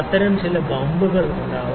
അത്തരം ചില ബമ്പുകൾ ഉണ്ടാവാം